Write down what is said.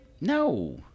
No